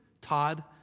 Todd